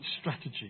strategy